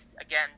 again